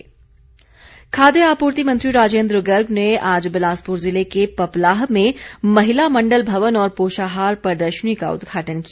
राजेन्द्र गर्ग खाद्य आपूर्ति मंत्री राजेन्द्र गर्ग ने आज बिलासपुर ज़िले के पपलाह में महिला मंडल भवन और पोषाहार प्रदर्शनी का उद्घाटन किया